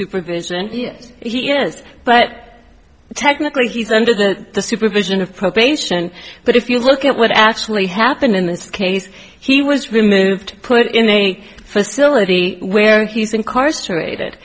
supervision yes he is but technically he's under the supervision of probation but if you look at what actually happened in this case he was removed put in a facility where he's incarcerated